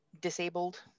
disabled